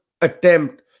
attempt